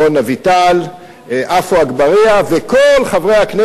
קלון וישב בכלא לא יוכל לשוב ולכהן כחבר כנסת.